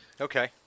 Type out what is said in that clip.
Okay